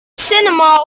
cinema